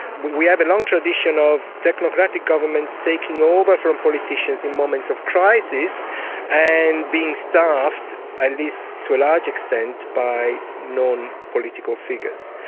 we we have a long tradition of technocratic governments taking over from politicians in moments of crisis and being staffed, at least to a large extent, by non political figures.